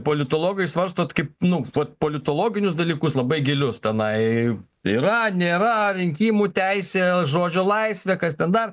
politologai svarstot kaip nu vat politologinius dalykus labai gilius tenai yra nėra rinkimų teisė žodžio laisvė kas ten dar